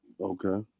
Okay